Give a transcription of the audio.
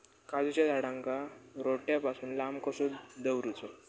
काजूच्या झाडांका रोट्या पासून लांब कसो दवरूचो?